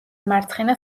მარცხენა